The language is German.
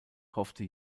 hoffte